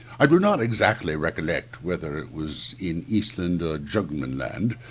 i do not exactly recollect whether it was in eastland or jugemanland,